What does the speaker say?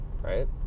Right